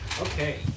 Okay